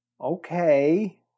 Okay